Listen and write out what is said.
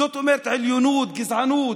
זאת אומרת עליונות, גזענות.